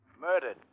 Murdered